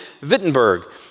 Wittenberg